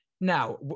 Now